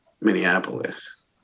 Minneapolis